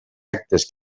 actes